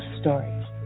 Stories